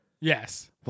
Yes